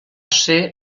ser